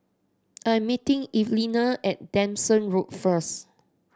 I am meeting Evelina at Nanson Road first